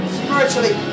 spiritually